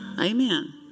amen